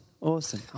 Awesome